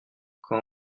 quand